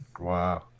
Wow